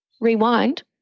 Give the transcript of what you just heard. rewind